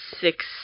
six